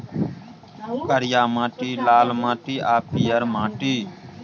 करिया माटि, लाल माटि आ पीयर माटि